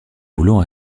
voulant